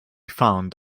found